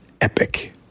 epic